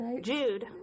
Jude